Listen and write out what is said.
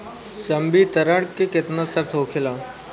संवितरण के केतना शर्त होखेला?